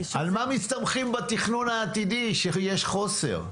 על מה מסתמכים בתכנון העתידי, שיש חוסר?